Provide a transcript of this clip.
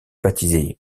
baptisé